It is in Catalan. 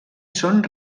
són